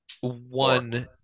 One